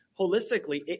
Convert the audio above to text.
holistically